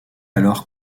alors